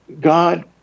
god